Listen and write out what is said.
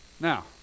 now